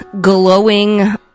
glowing